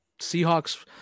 Seahawks